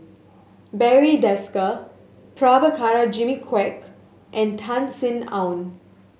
Barry Desker Prabhakara Jimmy Quek and Tan Sin Aun